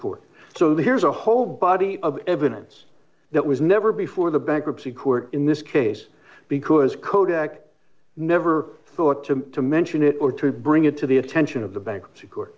court so there's a whole body of evidence that was never before the bankruptcy court in this case because kodak never thought to mention it or to bring it to the attention of the bankruptcy court